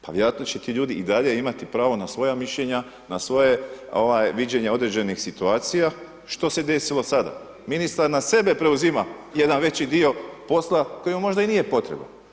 Pa vjerojatno će ti ljudi i dalje imati pravo na svoja mišljenja, na svoje ovaj viđenje određenih situacija, što se desilo sada, ministar na sebe preuzima jedan veći dio posla koji mu možda i nije potreban.